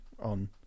on